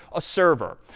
a server.